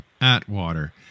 atwater